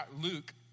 Luke